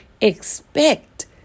expect